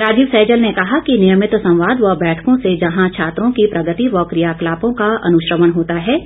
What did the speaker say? राजीव सहजल ने कहा कि नियमित संवाद व बैठकों से जहां छात्रों की प्रगति व क्रियाक्लापों का अनुश्रवण होता है